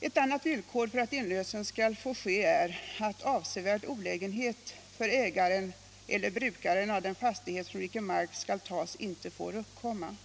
Ett annat villkor för att inlösen skall få ske är att avsevärd olägenhet för ägaren eller brukaren av den fastighet från vilken mark skall tas inte får uppkomma.